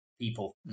people